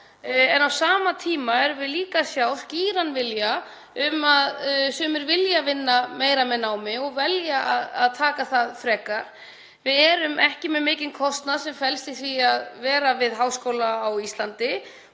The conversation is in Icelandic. En á sama tíma erum við líka að sjá skýran vilja um að sumir vilja vinna meira með námi og velja að gera það frekar. Við erum ekki með mikinn kostnað fólginn í því að vera með háskóla á Íslandi